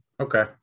Okay